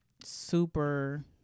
super